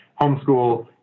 Homeschool